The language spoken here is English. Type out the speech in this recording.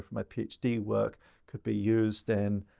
my ph d. work could be used and